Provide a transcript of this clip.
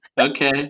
Okay